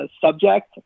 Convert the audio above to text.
subject